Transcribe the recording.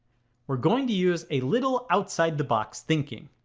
we're going to use a little outside-the-box thinking.